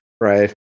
right